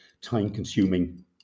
time-consuming